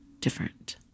different